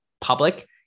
public